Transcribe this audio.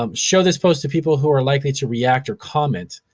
um show this post to people who are likely to react or comment,